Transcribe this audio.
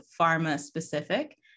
pharma-specific